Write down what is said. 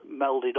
melded